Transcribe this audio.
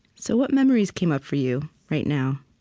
so what memories came up for you right now?